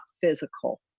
physical